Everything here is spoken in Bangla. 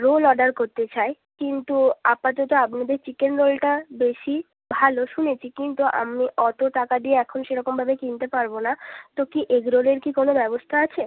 রোল অর্ডার করতে চাই কিন্তু আপাতত আপনাদের চিকেন রোলটা বেশি ভালো শুনেছি কিন্তু আমি অত টাকা দিয়ে এখন সেরকমভাবে কিনতে পারব না তো কি এগ রোলের কি কোনও ব্যবস্তা আছে